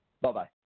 Bye-bye